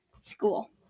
school